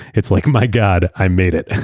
it's like, my god i made it.